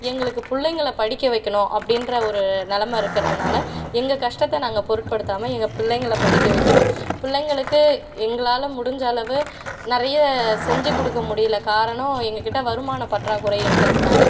எங்களுக்கு பிள்ளைங்கள படிக்க வைக்கணும் அப்படின்ற ஒரு நெலமை இருக்கிறதுனால எங்கள் கஷ்டத்தை நாங்கள் பொருட்படுத்தாமல் எங்கள் பிள்ளைங்களை படிக்க வைக்கிறோம் பிள்ளைங்களுக்கு எங்களால் முடிஞ்ச அளவு நிறைய செஞ்சிக்கொடுக்க முடியல காரணம் எங்கக்கிட்ட வருமான பற்றாக்குறை இருக்கிறதுனால